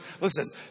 Listen